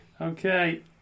Okay